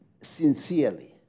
sincerely